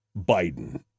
Biden